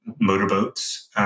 motorboats